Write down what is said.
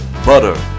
butter